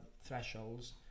thresholds